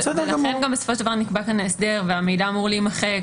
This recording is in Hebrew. לכן בסופו של דבר נקבע כאן הסדר והמידע אמור להימחק